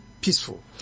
peaceful